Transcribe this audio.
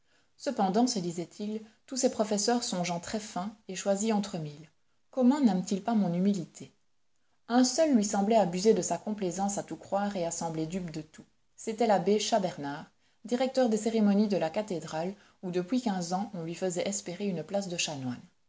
cependant se disait-il tous ces professeurs sont gens très fins et choisis entre mille comment naiment ils pas mon humilité un seul lui semblait abuser de sa complaisance à tout croire et à sembler dupe de tout c'était l'abbé chas bernard directeur des cérémonies de la cathédrale où depuis quinze ans on lui faisait espérer une place de